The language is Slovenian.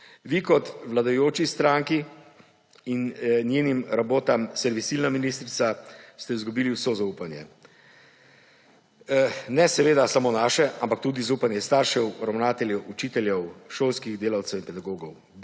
vi kot vladajoči stranki in njenim rabotam servilna ministrica ste izgubili vse zaupanje, ne samo našega, ampak tudi zaupanje staršev, ravnateljev, učiteljev, šolskih delavcev in pedagogov.